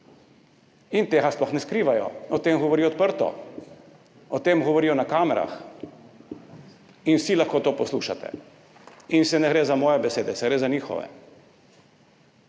In tega sploh ne skrivajo, o tem govorijo odprto, o tem govorijo na kamerah in vsi lahko to poslušate. In ne gre za moje besede, gre za njihove.